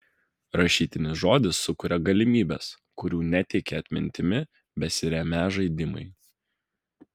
rašytinis žodis sukuria galimybes kurių neteikė atmintimi besiremią žaidimai